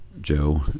Joe